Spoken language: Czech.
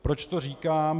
Proč to říkám?